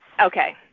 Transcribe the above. Okay